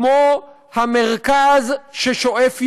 כמו המרכז ששואף ימינה,